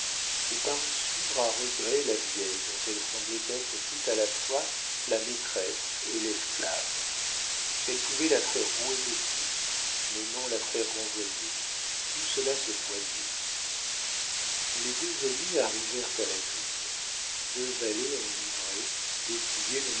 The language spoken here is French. et parut suivre à regret la vieille dont elle semblait être tout à la fois la maîtresse et l'esclave elle pouvait la faire rouer de coups mais non la faire renvoyer tout cela se voyait les deux amis arrivèrent à la grille deux valets en livrée dépliaient